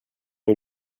est